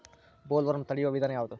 Bollworm ತಡಿಯು ವಿಧಾನ ಯಾವ್ದು?